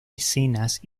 escenas